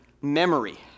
memory